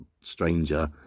stranger